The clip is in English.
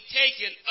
taken